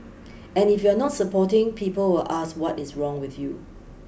and if you are not supporting people will ask what is wrong with you